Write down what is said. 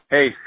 Hey